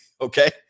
Okay